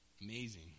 amazing